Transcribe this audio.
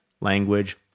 language